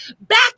back